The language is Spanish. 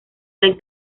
red